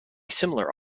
similar